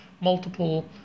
multiple